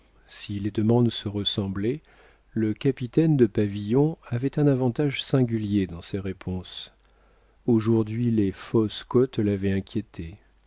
si les demandes se ressemblaient le capitaine de pavillon avait un avantage singulier dans ses réponses aujourd'hui les fausses côtes l'avaient inquiété